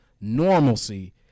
normalcy